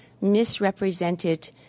misrepresented